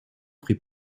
prit